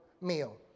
meal